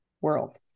world